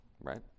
right